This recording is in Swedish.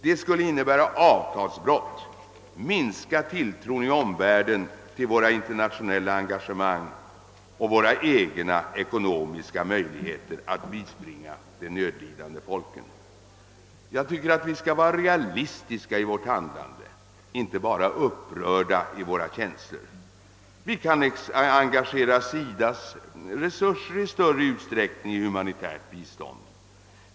Det skulle innebära avtalsbrott, minska tilltron i omvärlden till våra internationella engagemang och försämra våra egna ekonomiska möjligheter att bispringa de nödlidande folken. Vi måste vara realistiska i vårt handlande, inte bara upprörda i våra känslor. Vi kan i större utsträckning engagera SIDA:s resurser för humanitärt bistånd.